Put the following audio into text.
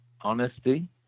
honesty